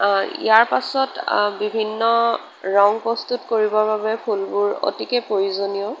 ইয়াৰ পাছত বিভিন্ন ৰং প্ৰস্তুত কৰিবৰ বাবে ফুলবোৰ অতিকৈ প্ৰয়োজনীয়